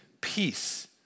peace